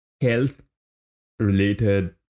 health-related